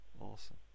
Awesome